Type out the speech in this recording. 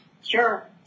Sure